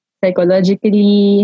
psychologically